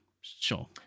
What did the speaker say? sure